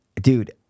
Dude